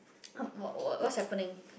um what what what's happening